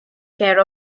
care